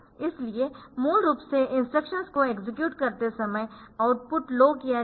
इसलिए मूल रूप से इंस्ट्रक्शंस को एक्सेक्यूट करते समय आउटपुट लो किया जाएगा